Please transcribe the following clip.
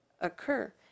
occur